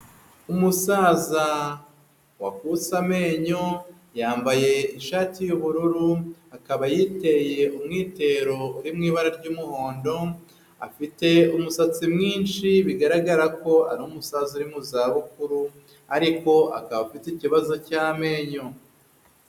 Umusaza wakutse amenyo, yambaye ishati y'ubururu, akaba yiteye umwitero uri mu ibara ry'umuhondo, afite umusatsi mwinshi bigaragara ko ari umusaza uri mu za bukuru, ariko akaba afite ikibazo cy'amenyo.